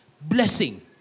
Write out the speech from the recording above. blessing